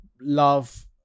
love